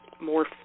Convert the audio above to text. more